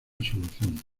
solución